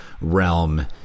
realm